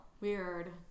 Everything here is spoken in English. Weird